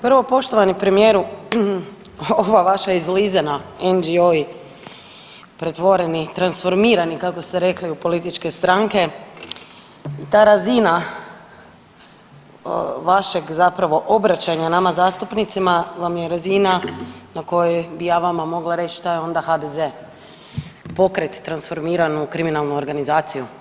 Prvo, poštovani premijeru ova vaša izlizana … [[Govornik se ne razumije]] pretvoreni i transformirani, kako ste rekli u političke stranke, ta razina vašeg zapravo obraćanja nama zastupnicima vam je razina na kojoj bi ja vama mogla reć šta je onda HDZ, pokret transformiran u kriminalnu organizaciju.